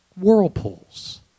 Whirlpools